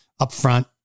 upfront